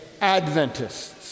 Adventists